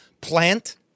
plant